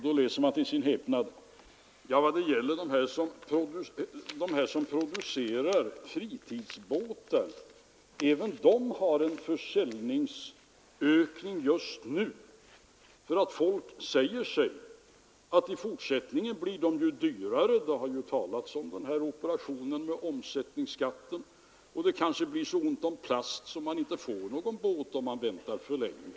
Då läser man till sin häpnad att även de som producerar fritidsbåtar har en försäljningsökning just nu. Folk antar att dessa båtar i framtiden skall bli dyrare — det har talats om denna operation med momsen — och att det Nr 15 kanske blir så ont om plast att man inte får någon båt om man väntar för Onsdagen den länge.